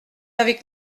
avec